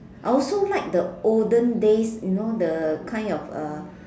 I also like the olden days you know the kind of uh